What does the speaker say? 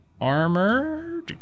armor